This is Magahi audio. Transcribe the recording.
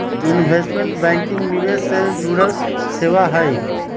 इन्वेस्टमेंट बैंकिंग निवेश से जुड़ल सेवा हई